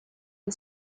the